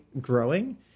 growing